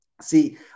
See